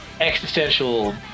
existential